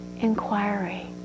inquiry